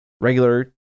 regular